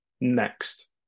next